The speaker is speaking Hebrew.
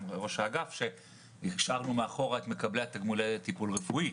ראש האגף שהשארנו מאחור את מקבלי תגמולי טיפול רפואי,